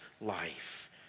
life